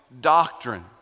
doctrine